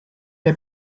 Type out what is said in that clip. der